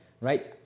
right